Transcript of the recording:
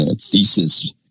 thesis